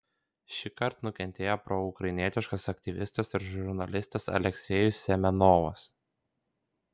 šįkart nukentėjo proukrainietiškas aktyvistas ir žurnalistas aleksejus semenovas